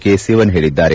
K Sivan ಹೇಳಿದ್ದಾರೆ